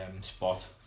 spot